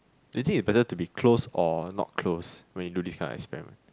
do you think you better to be close or not close when you do this kind of experiment